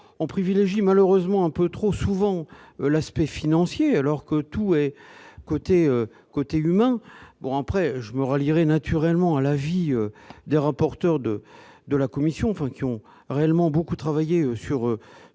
on privilégie malheureusement un peu trop souvent l'aspect financier, alors que tout relève de l'humain, je me rallierai naturellement à l'avis des rapporteurs de la commission, qui ont beaucoup travaillé sur